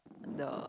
the